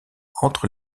entre